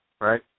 right